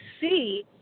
see